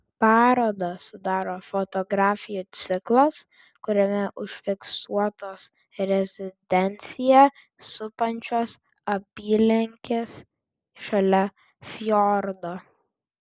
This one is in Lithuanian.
parodą sudaro fotografijų ciklas kuriame užfiksuotos rezidenciją supančios apylinkės šalia fjordo